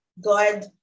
God